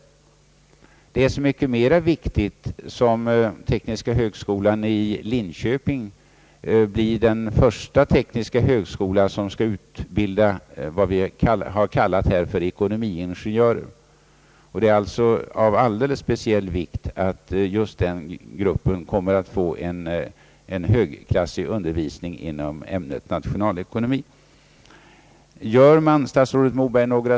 Detta är så mycket mera viktigt som tekniska högskolan i Linköping blir den första högskola som skall utbilda ekonomiingenjörer, varför det är av speciell vikt att just den gruppen får en högklassig undervisning inom ämnet nationalekonomi.